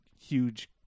huge